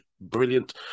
brilliant